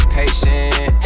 patient